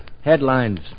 Headlines